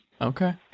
Okay